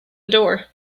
door